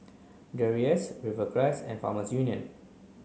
Dreyers Rivercrest and Farmer Union